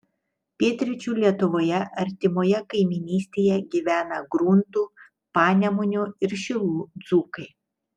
pietryčių lietuvoje artimoje kaimynystėje gyvena gruntų panemunių ir šilų dzūkai